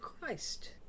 christ